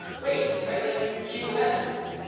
wait, right? like, you queue the messages.